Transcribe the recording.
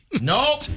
No